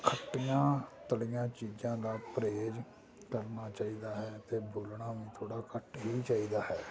ਖੱਟੀਆਂ ਤਲੀਆਂ ਚੀਜ਼ਾਂ ਦਾ ਪਰਹੇਜ਼ ਕਰਨਾ ਚਾਹੀਦਾ ਹੈ ਅਤੇ ਬੋਲਣਾ ਉਂ ਥੋੜ੍ਹਾ ਘੱਟ ਹੀ ਚਾਹੀਦਾ ਹੈ